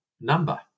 number